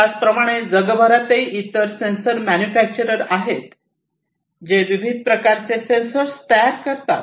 याप्रमाणेच जगभरात इतरही सेन्सर मॅन्युफॅक्चरर आहेत जे विविध प्रकारचे सेन्सर तयार करतात